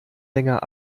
länger